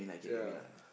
yeah